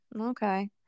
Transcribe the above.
okay